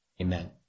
Amen